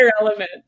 element